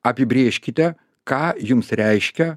apibrėžkite ką jums reiškia